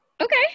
Okay